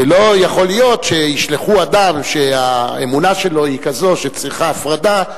ולא יכול להיות שישלחו אדם שהאמונה שלו היא כזאת שצריכה להיות הפרדה,